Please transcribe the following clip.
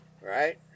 Right